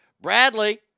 Bradley